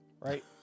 Right